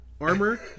armor